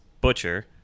Butcher